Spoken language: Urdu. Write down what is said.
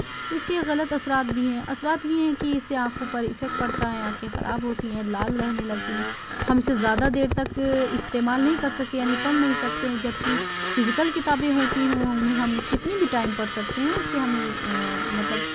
تو اس کے غلط اثرات بھی ہیں اثرات یہ ہیں کہ اس سے آنکھوں پر افیکٹ پڑتا ہے آنکھیں خراب ہوتی ہیں لال رہنے لگتی ہیں ہم اسے زیادہ دیر تک استعمال نہیں کر سکتے یعنی پڑھ نہیں سکتے ہیں جب کہ فزیکل کتابیں ہوتی ہوں انہیں ہم کتنی بھی ٹائم پڑھ سکتے ہیں اس سے ہمیں مطلب